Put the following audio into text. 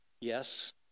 Yes